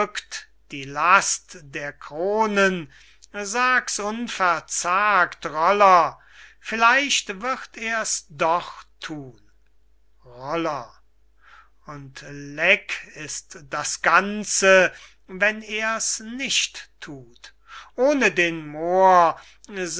die last der kronen sag's unverzagt roller vielleicht wird ers doch thun roller und lek ist das ganze wenn er's nicht thut ohne den moor